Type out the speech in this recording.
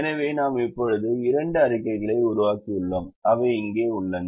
எனவே நாம் இப்போது இரண்டு அறிக்கைகளை உருவாக்கியுள்ளோம் அவை இங்கே உள்ளன